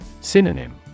Synonym